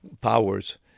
powers